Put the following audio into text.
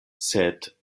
sed